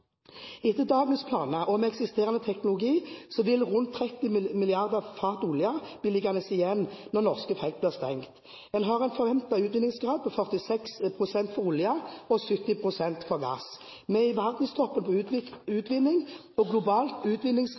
Etter dagens planer og med eksisterende teknologi vil rundt 30 milliarder fat olje bli liggende igjen når norske felt blir stengt. En har en forventet utvinningsgrad på 46 pst. for olje og 70 pst. for gass. Vi er i verdenstoppen på utvinning. Global utvinningsgrad